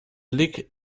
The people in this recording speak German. blick